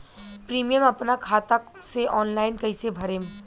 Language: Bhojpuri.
प्रीमियम अपना खाता से ऑनलाइन कईसे भरेम?